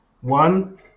One